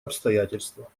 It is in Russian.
обстоятельства